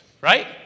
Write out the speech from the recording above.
right